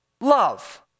love